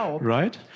right